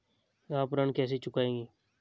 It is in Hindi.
आप ऋण कैसे चुकाएंगे?